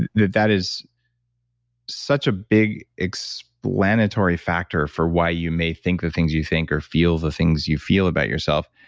that that is such a big explanatory factor for why you may think the things you think or feel the things you feel about yourself.